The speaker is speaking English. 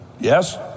Yes